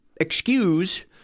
excuse